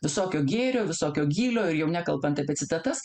visokio gėrio visokio gylio ir jau nekalbant apie citatas